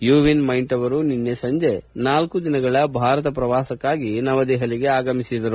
you Win Myint ಅವರು ನಿನ್ನೆ ಸಂಜೆ ನಾಲ್ಕು ದಿನಗಳ ಭಾರತ ಪ್ರವಾಸಕ್ಕಾಗಿ ನವದೆಹಲಿಗೆ ಆಗಮಿಸಿದರು